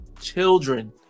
children